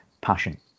passion